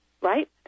right